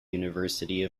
university